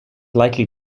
likely